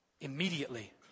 Immediately